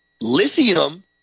Lithium